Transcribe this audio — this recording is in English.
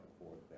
forward